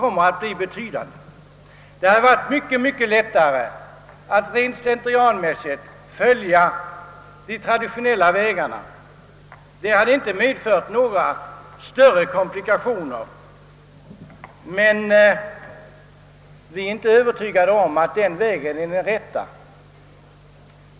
Det hade varit mycket lättare att slentrianmässigt följa de traditionella vägarna. Det hade inte medfört några större komplikationer. Men vi är inte övertygade om att de vägarna är de rätta.